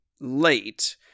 late